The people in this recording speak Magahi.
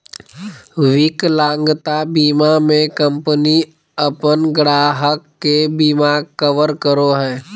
विकलांगता बीमा में कंपनी अपन ग्राहक के बिमा कवर करो हइ